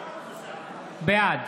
בעד